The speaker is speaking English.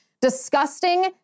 disgusting